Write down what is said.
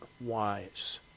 wise